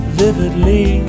vividly